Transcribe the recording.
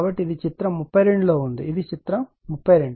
కాబట్టి ఇది చిత్రం 32 లో ఉంది ఇది చిత్రం 32